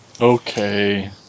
Okay